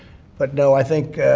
but no, i think